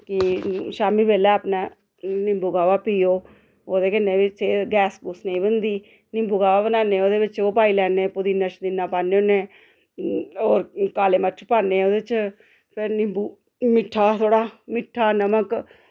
कि शामी बैल्ले अपने निम्बू काह्वा पियो ओह्दे कन्नै बी सेह्त गैस गुस नेईं बनदी निम्बू काह्वा बनाने ओह्दे बिच्च ओह् पाई लैन्ने पुदीना सुदीना पान्ने हुन्ने होर काले मर्च पान्ने ओह्दे च फिर निम्बू मिट्ठा थोह्ड़ा मिट्ठा नमक